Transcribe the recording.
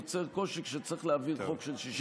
אני דווקא שמעתי אותו אומר בקול רם שיש הסכם,